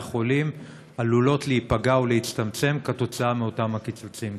החולים עלולות להיפגע או להצטמצם מאותם הקיצוצים?